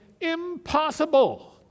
impossible